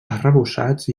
arrebossats